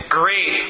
great